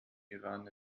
iran